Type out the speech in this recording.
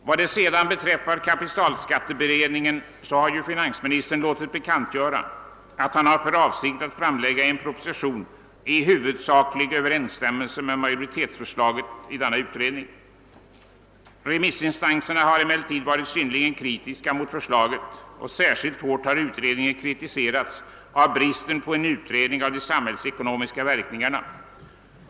Vad sedan beträffar kapitalskatteberedningen har finansministern låtit bekantgöra att han har för avsikt att framlägga en proposition i huvudsaklig överensstämmelse med majoritetsförslaget i denna utredning. Remissinstanserna har emellertid varit synnerligen kritiska mot förslaget, och särskilt hårt har utredningen kritiserats för bristen på en undersökning av de samhällsekonomiska verkningarna.